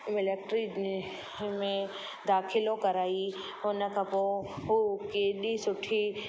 military में दाख़िलो कराई हुन खां पोइ पोइ केॾी सुठी